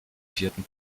vierten